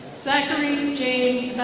zachary james